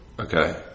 Okay